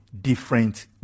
different